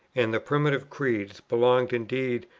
and the primitive creeds, belonged, indeed,